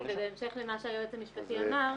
זה בהמשך למה שהיועץ המשפטי אמר,